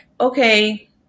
okay